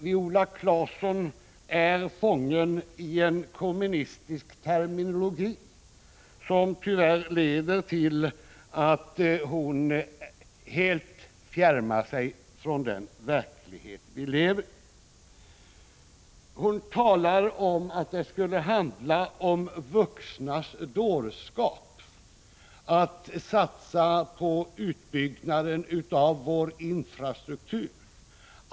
Viola Claesson är fången i en kommunistisk terminologi, som tyvärr leder till att hon helt fjärmar sig från den verklighet som vi lever i. Hon säger att det skulle handla om vuxnas dårskap när vi vill satsa på en utbyggnad av vår infrastruktur.